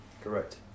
correct